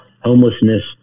homelessness